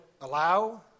allow